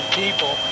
people